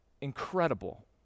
incredible